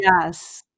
Yes